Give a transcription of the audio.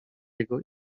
jego